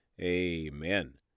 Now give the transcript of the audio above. Amen